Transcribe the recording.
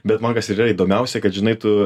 bet man kas ir yra įdomiausia kad žinai tu